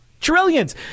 trillions